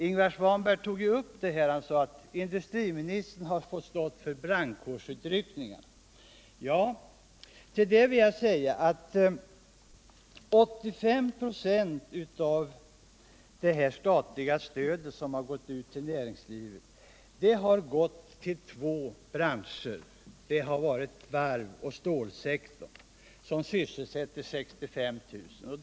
Ingvar Svanberg tog upp det och sade att industririinistern har fått stå för brandkårsutryckningarna. Till det vill jag säga alt 85 4 av det statliga stöd som gått till näringslivet har gått till två branscher, varven och stålet, som sysselsätter 63 000 människor.